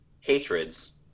hatreds